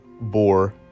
boar